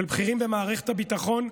של בכירים במערכת הביטחון,